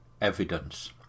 evidence